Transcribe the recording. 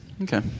Okay